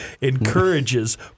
encourages